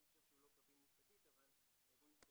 אני חושב שהוא לא קביל משפטית אבל בואו נתקדם.